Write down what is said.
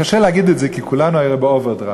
קשה להגיד את זה, כי כולנו היינו באוברדרפט.